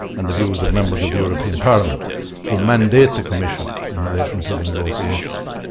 and the views of members of the european parliament who mandate the commission in relation to the negotiations.